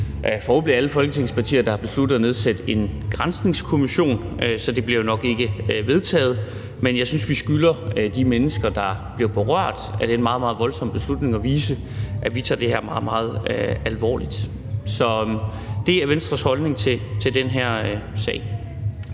forhåbentlig er det alle Folketingets partier – der har besluttet at nedsætte en granskningskommission, så det bliver jo nok ikke vedtaget. Men jeg synes, vi skylder de mennesker, der bliver berørt af den her meget, meget voldsomme beslutning, at vise, at vi tager det her meget, meget alvorligt. Det er Venstres holdning til den her sag.